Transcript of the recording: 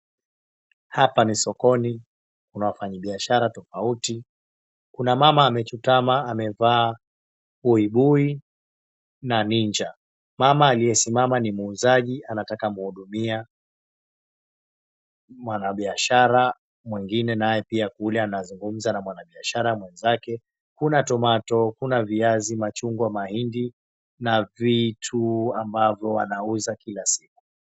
Hapa ni sokoni. Kuna wafanyibiashara tofauti, kuna mama amechutama amevaa buibui na ninja. Mama aliyesimama ni muuzaji anataka mhudumia. Mwanabiashara mwengine naye pia kule anazungumza na mwanabiashara mwenzake. Kuna tomato kuna viazi, machungwa, mahindi na vitu ambavyo wanauza kila siku.